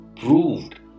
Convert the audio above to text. proved